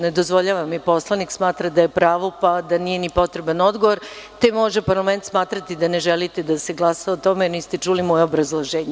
Ne dozvoljava mi poslanik jer smatra da je u pravu, pa da i nije potreban odgovor, te može parlament smatrati da ne želite da se glasa o tome, niste čuli moje obrazloženje.